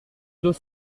deux